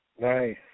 Nice